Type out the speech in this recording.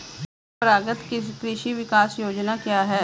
परंपरागत कृषि विकास योजना क्या है?